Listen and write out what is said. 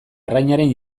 arrainaren